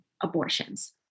abortions